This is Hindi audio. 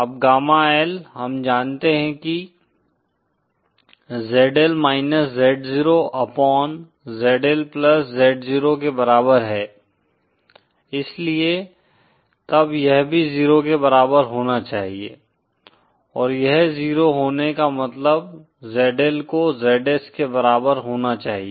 अब गामा L हम जानते हैं कि ZL minus Z0 upon ZL plus Z0 के बराबर है इसलिए तब यह भी 0 के बराबर होना चाहिए और यह 0 होने का मतलब ZL को ZS के बराबर होना चाहिए